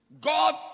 God